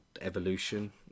evolution